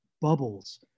bubbles